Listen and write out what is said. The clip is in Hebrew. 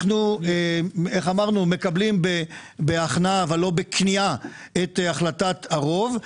אנחנו מקבלים בהכנעה אבל לא בכניעה את החלטת הרוב.